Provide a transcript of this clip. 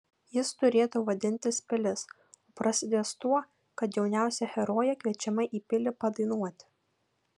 jis turėtų vadintis pilis o prasidės tuo kad jauniausia herojė kviečiama į pilį padainuoti